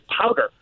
powder